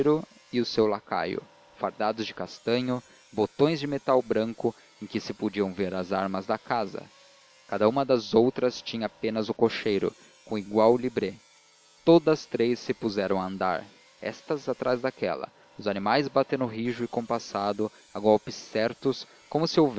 e o seu lacaio fardados de castanho botões de metal branco em que se podiam ver as armas da casa cada uma das outras tinha apenas o cocheiro com igual libré e todas três se puseram a andar estas atrás daquela os animais batendo rijo e compassado a golpes certos como